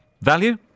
Value